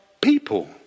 people